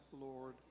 Lord